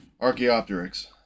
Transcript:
Archaeopteryx